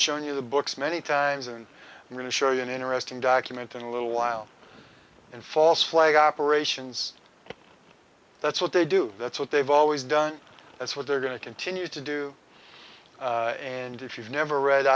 show you the books many times and really show you an interesting document in a little while and false flag operations that's what they do that's what they've always done that's what they're going to continue to do and if you've never re